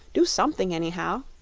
do something, anyhow!